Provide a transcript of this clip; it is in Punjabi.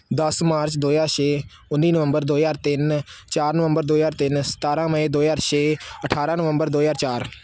ਦਸ ਮਾਰਚ ਦੋ ਹਜ਼ਾਰ ਛੇ ਉੱਨੀ ਨਵੰਬਰ ਦੋ ਹਜ਼ਾਰ ਤਿੰਨ ਚਾਰ ਨਵੰਬਰ ਦੋ ਹਜ਼ਾਰ ਤਿੰਨ ਸਤਾਰਾਂ ਮਈ ਦੋ ਹਜ਼ਾਰ ਛੇ ਅਠਾਰਾਂ ਨਵੰਬਰ ਦੋ ਹਜ਼ਾਰ ਚਾਰ